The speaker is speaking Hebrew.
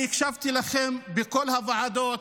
הקשבתי לכם בכל הוועדות.